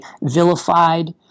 vilified